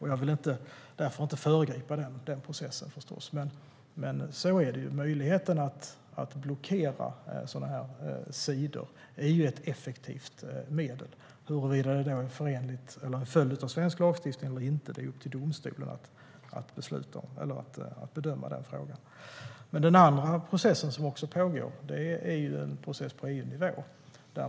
Jag vill inte föregripa den processen, men möjligheten att blockera sådana här sidor är ett effektivt medel. Huruvida det är en följd av svensk lagstiftning eller inte är upp till domstolen att bedöma. Den andra processen som pågår är på EU-nivå.